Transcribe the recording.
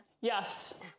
Yes